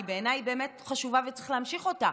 כי בעיניי היא באמת חשובה וצריך להמשיך אותה,